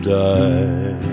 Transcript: die